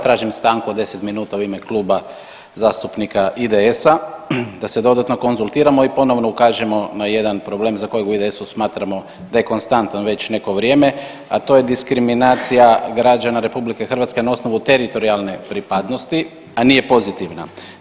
Tražim stanku od 10 minuta u ime Klub zastupnika IDS-a da se dodatno konzultiramo i ponovno ukažemo na jedan problem za kojeg u IDS-u smatramo da je konstantan već neko vrijeme, a to je diskriminacija građana RH na osnovu teritorijalne pripadnosti, a nije pozitivna.